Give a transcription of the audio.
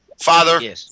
Father